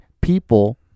people